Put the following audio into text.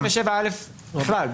לא, לפי סעיף 67(א) בכלל.